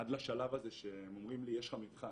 עד לשלב הזה שהם אומרים לי, יש לך מבחן.